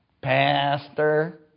Pastor